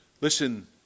Listen